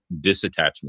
disattachment